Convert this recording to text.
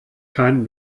keinen